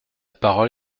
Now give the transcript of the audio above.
parole